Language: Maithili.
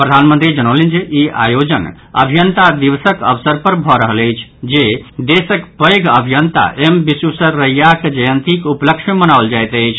प्रधानमंत्री जनौलनि जे ई आयोजन अभियंता दिवसक अवसर पर भऽ रहल अछि जे देशक पैघ अभियंता एम विश्वेश्वरैयाक जयंती उपलक्ष्य मे मनाओल जायत अछि